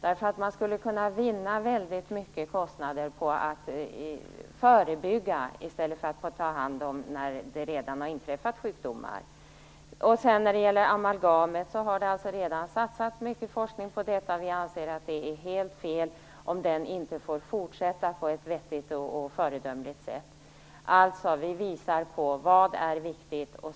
Man skulle nämligen kunna vinna väldigt stora kostnader på att förebygga sjukdomar i stället för att ta hand om sjukdomar när de redan har inträffat. Det har redan satsats mycket forskning på amalgamet, och vi anser att det är helt fel om den forskningen inte får fortsätta på ett vettigt och föredömligt sätt. Vi visar alltså på vad som är viktigt.